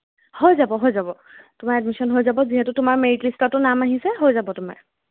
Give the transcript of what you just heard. হৈ যাব হৈ যাব তোমাৰ এডমিশ্যন হৈ যাব যিহেতু তোমাৰ মেৰিট লিষ্টটো নাম আহিছে হৈ যাব তোমাৰ